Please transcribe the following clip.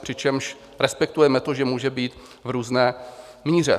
Přičemž respektujeme to, že může být v různé míře.